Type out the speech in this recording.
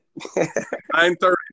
9.30